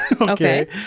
Okay